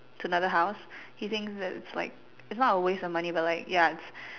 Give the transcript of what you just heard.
to another house he thinks that it's like it's not a waste of money but like ya it's